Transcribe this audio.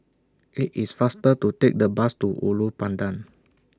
IT IS faster to Take The Bus to Ulu Pandan